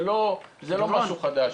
זה לא משהו חדש.